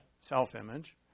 self-image